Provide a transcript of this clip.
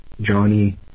Johnny